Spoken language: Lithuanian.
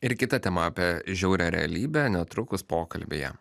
ir kita tema apie žiaurią realybę netrukus pokalbyje